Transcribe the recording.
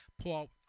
paul